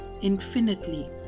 infinitely